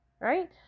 right